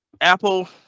Apple